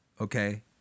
okay